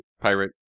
pirate